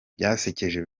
byasekeje